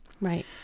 Right